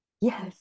Yes